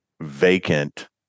vacant